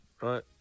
right